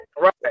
Right